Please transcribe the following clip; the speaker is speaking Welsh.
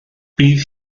bydd